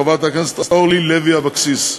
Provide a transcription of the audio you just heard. חברת הכנסת אורלי לוי אבקסיס.